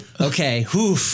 Okay